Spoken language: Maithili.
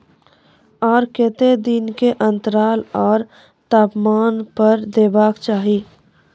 आर केते दिन के अन्तराल आर तापमान पर देबाक चाही?